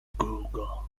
kółko